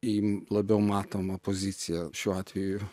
į labiau matomą poziciją šiuo atveju